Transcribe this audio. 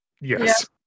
Yes